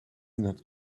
not